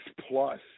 plus